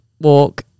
walk